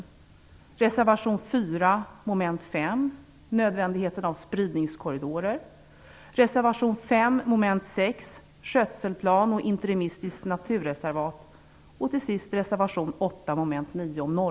Vidare reservation 4, mom. 5, nödvändigheten av spridningskorridorer.